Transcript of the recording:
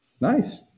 Nice